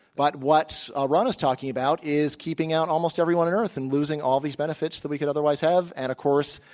but what ah ron is talking about is keeping out almost everyone on earth and losing all these benefits that we could otherwise have and, of course,